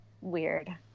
weird